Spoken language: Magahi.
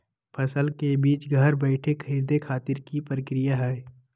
फसल के बीज घर बैठे खरीदे खातिर की प्रक्रिया हय?